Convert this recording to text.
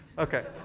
ok.